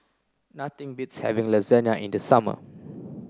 nothing beats having Lasagna in the summer